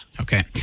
Okay